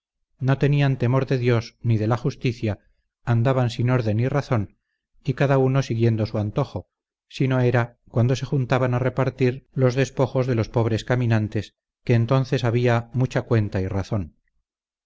no tenían temor de dios ni de la justicia andaban sin orden y razón y cada uno siguiendo su antojo si no era cuando se juntaban a repartir los despojos de los pobres caminantes que entonces había mucha cuenta y razón